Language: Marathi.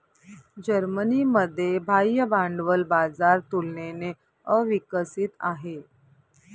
जर्मनीमध्ये बाह्य भांडवल बाजार तुलनेने अविकसित आहे